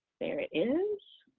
there it is.